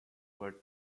were